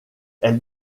elle